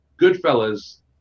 Goodfellas